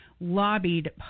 lobbied